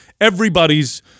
everybody's